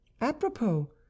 Apropos